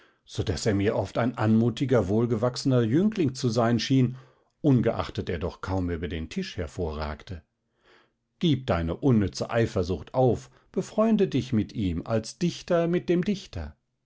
so daß er mir oft ein anmutiger wohlgewachsener jüngling zu sein schien ungeachtet er doch kaum über den tisch hervorragte gib deine unnütze eifersucht auf befreunde dich als dichter mit dem dichter